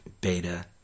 beta